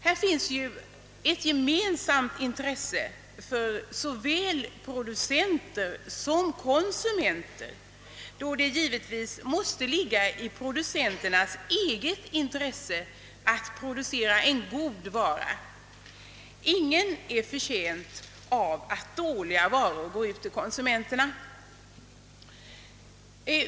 Här finns ett gemensamt intresse för producenter och konsumenter, då det givetvis måste ligga i producenternas eget intresse att producera en god vara. Ingen är betjänt av att dåliga varor går ut till konsumenterna.